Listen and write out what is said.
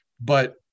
But-